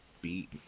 beat